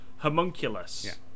homunculus